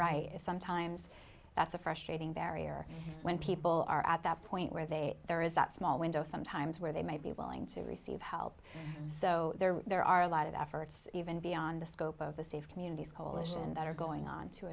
right sometimes that's a frustrating barrier when people are at that point where they are there is that small window sometimes where they might be willing to receive help so there are a lot of efforts even beyond the scope of the safe communities coalition that are going on to